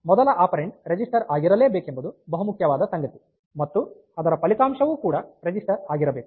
ಮೊದಲ operand register ಆಗಿರಲೇಬೇಕೆಂಬುದು ಬಹುಮುಖ್ಯವಾದ ಸಂಗತಿ ಮತ್ತು ಅದರ ಫಲಿತಾಂಶವು ಕೂಡ ರಿಜಿಸ್ಟರ್ ಆಗಿರಬೇಕು